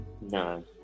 No